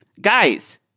guys